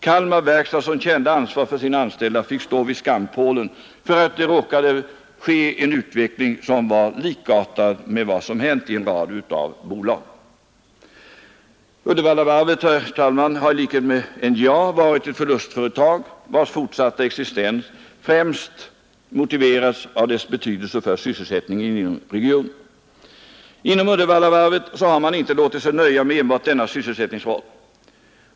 Kalmar verkstad, som kände ansvar för sina anställda, fick stå vid skampålen för att det råkade ske en utveckling som var likartad med vad som hänt i en rad av bolag. Uddevallavarvet har i likhet med NJA varit ett förlustföretag, vars fortsatta existens främst motiverats av dess betydelse för sysselsättningen inom regionen. Inom Uddevallavarvet har man inte låtit sig nöja med enbart denna sysselsättningsroll.